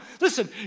listen